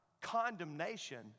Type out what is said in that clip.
condemnation